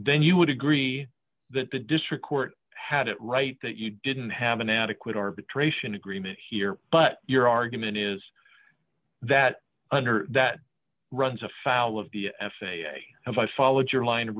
then you would agree that the district court had it right that you didn't have an adequate arbitration agreement here but your argument is that under that runs afoul of the f a if i followed your line of